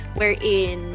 wherein